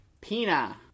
Pina